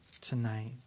tonight